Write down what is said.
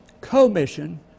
Commission